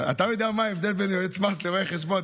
אתה יודע מה ההבדל בין יועץ מס לרואה חשבון,